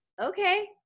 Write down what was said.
okay